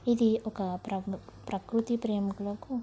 ఇది ఒక ప్రభ ప్రకృతి ప్రేమికులకు